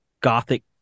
gothic